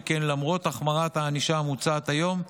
שכן למרות החמרת הענישה המוצעת היום,